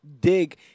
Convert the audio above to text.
dig